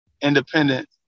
independent